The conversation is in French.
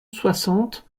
soixante